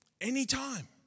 anytime